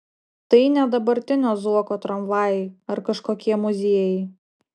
tai ne dabartinio zuoko tramvajai ar kažkokie muziejai